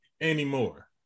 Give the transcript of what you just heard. anymore